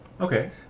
Okay